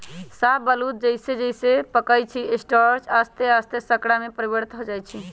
शाहबलूत जइसे जइसे पकइ छइ स्टार्च आश्ते आस्ते शर्करा में परिवर्तित हो जाइ छइ